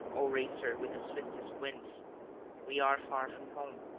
o racer with the swiftest winds we are far from home,